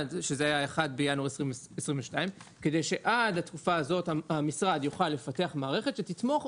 שעד 1.1.2022 המשרד יוכל לפתח מערכת שתתמוך,